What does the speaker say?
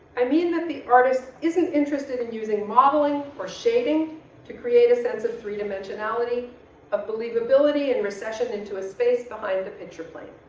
i mean that the artist isn't interested in using modeling or shading to create a sense of three dimensionality of believability and recession into a space behind the pitcher plane.